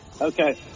Okay